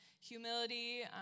humility